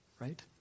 Right